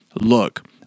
look